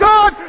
God